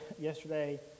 Yesterday